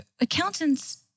accountants